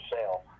sale